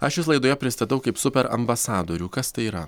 aš jus laidoje pristatau kaip super ambasadorių kas tai yra